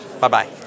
Bye-bye